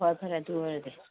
ꯐꯔꯦ ꯐꯔꯦ ꯑꯗꯨ ꯑꯣꯏꯔꯗꯤ